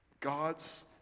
God's